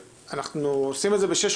אנחנו עושים את זה ב-18:00,